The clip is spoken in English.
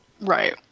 Right